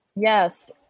Yes